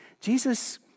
Jesus